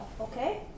okay